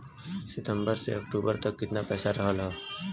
सितंबर से अक्टूबर तक कितना पैसा रहल ह?